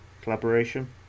collaboration